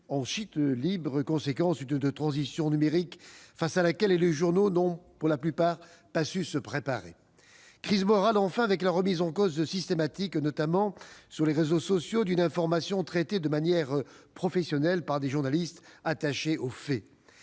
en chute libre, conséquence d'une transition numérique à laquelle les journaux n'ont, pour la plupart, pas su se préparer ; une crise morale, avec la remise en cause systématique, notamment sur les réseaux sociaux, d'une information traitée de manière professionnelle par des journalistes attachés aux faits.